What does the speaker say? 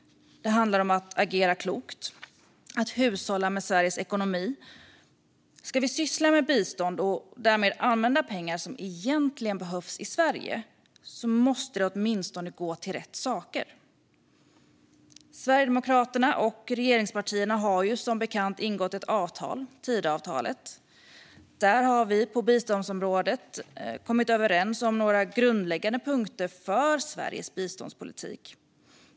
Det handlar om att agera klokt och att hushålla med Sveriges ekonomi. Ska vi syssla med bistånd, och därmed använda pengar som egentligen behövs i Sverige, måste det åtminstone gå till rätt saker. Sverigedemokraterna och regeringspartierna har som bekant ingått ett avtal, Tidöavtalet. Där har vi på biståndsområdet kommit överens om några grundläggande punkter för Sveriges biståndspolitik.